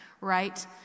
right